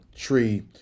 Tree